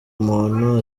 muntu